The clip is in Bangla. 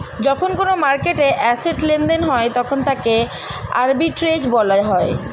যখন কোনো মার্কেটে অ্যাসেট্ লেনদেন হয় তখন তাকে আর্বিট্রেজ বলা হয়